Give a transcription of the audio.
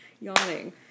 yawning